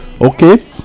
okay